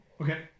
okay